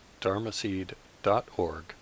dharmaseed.org